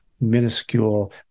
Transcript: minuscule